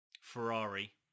Ferrari